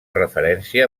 referència